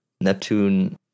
Neptune